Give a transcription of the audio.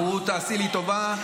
תעשי לי טובה,